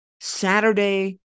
Saturday